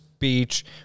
beach